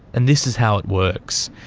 and this is how it works.